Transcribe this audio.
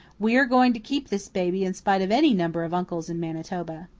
we are going to keep this baby in spite of any number of uncles in manitoba.